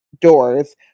doors